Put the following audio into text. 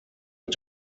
mit